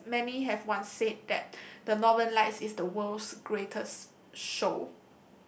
as many have once said that the Northern Lights is the world's greatest show